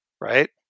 right